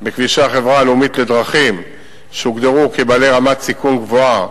בכבישי החברה הלאומית לדרכים שהוגדרו כבעלי רמת סיכון גבוהה,